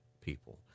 people